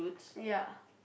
ya